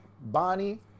Bonnie